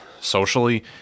socially